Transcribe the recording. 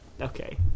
Okay